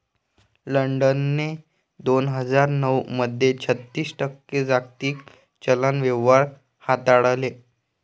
लंडनने दोन हजार नऊ मध्ये छत्तीस टक्के जागतिक चलन व्यवहार हाताळले